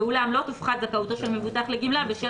ואולם לא תופחת זכאותו של מבוטח לגמלה בשל